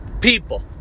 people